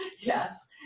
Yes